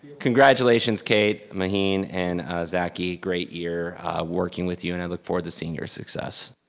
congratulations kate, magin, and zaki. great year working with you and i look forward to seeing your success.